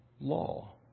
law